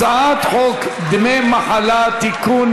הצעת חוק דמי מחלה (תיקון,